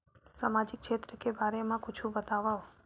सामजिक क्षेत्र के बारे मा कुछु बतावव?